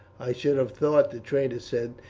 i should have thought, the trader said,